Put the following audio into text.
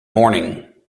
morning